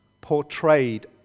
portrayed